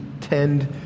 tend